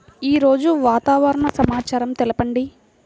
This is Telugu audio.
ఈరోజు వాతావరణ సమాచారం తెలుపండి